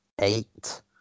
eight